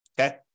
Okay